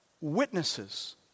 witnesses